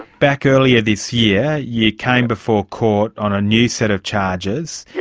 back earlier this year you came before court on a new set of charges, yeah